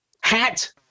hat